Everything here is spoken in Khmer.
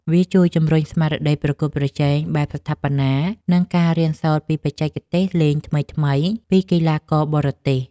វាជួយជម្រុញស្មារតីប្រកួតប្រជែងបែបស្ថាបនា និងការរៀនសូត្រពីបច្ចេកទេសលេងថ្មីៗពីកីឡាករបរទេស។